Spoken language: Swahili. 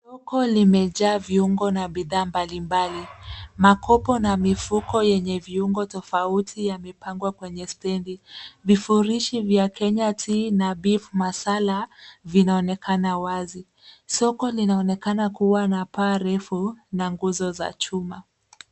Soko limejaa viungo na bidhaa mbalimbali. Makopo na mifuko venye viungo tofauti yamepangwa kwenye stendi. Vivurishi vya Kenya Tea na Beef Masala vinaonekana wazi. Soko linaonekana kuwa na paa refu na nguzo za chuma.